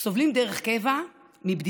סובלים דרך קבע מבדידות